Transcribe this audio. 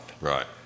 Right